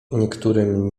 niektórym